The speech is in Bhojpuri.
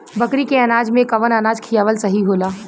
बकरी के अनाज में कवन अनाज खियावल सही होला?